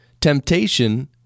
Temptation